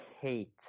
hate